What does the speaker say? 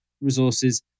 resources